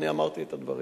ואני אמרתי את הדברים.